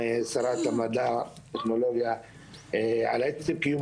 עמותת המדעים של בית ספר למדעים, היא הייתה בירכא.